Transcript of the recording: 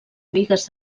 bigues